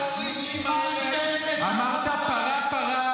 --- כל הטרוריסטים האלה היו צריכים